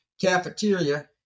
cafeteria